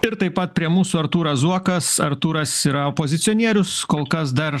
ir taip pat prie mūsų artūras zuokas artūras yra opozicionierius kol kas dar